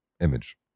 image